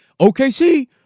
OKC